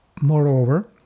Moreover